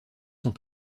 sont